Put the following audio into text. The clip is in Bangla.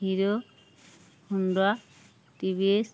hero Honda T V S